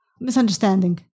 Misunderstanding